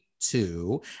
two